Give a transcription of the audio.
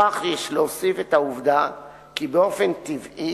לכך יש להוסיף את העובדה כי באופן טבעי